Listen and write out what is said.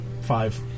five